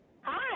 Hi